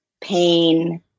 pain